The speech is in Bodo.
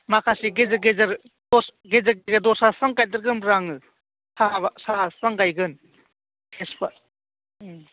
माखासे गेजेर गेजेर दस्रा बिफां गायदेरगोनब्रा आङो साहा बिफां गायगोन थेजपाथ